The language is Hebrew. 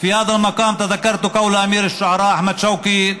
במעמד זה אני נזכר בדברי נסיך המשוררים אחמד שאוקי: